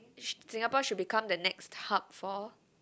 S~ Singapore should become the next hub for